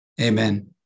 amen